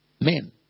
men